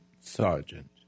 sergeant